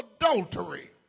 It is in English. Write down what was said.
adultery